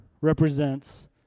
represents